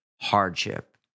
hardship